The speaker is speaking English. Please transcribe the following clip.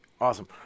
awesome